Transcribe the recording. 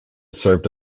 served